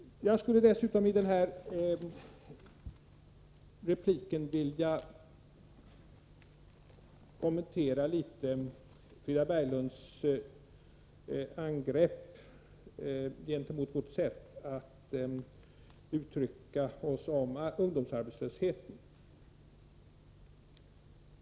Jag skulle dessutom i denna replik vilja kommentera Frida Berglunds angrepp gentemot vårt sätt att uttrycka oss beträffande ungdomsarbetslösheten.